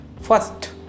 First